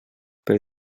pel